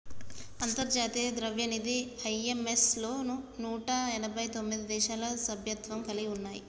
అంతర్జాతీయ ద్రవ్యనిధి ఐ.ఎం.ఎఫ్ లో నూట ఎనభై తొమ్మిది దేశాలు సభ్యత్వం కలిగి ఉన్నాయి